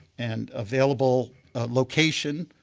and available location